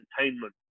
entertainment